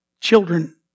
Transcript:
children